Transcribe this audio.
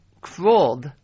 crawled